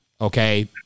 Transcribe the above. Okay